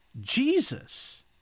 Jesus